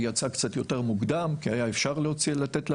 היא יצאה קצת יותר מוקדם כי היה אפשר לתת לה